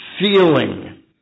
feeling